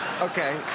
Okay